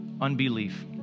unbelief